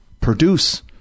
produce